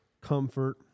comfort